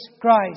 Christ